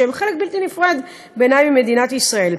שהם חלק בלתי נפרד בעיני ממדינת ישראל.